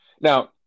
Now